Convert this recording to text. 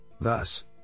thus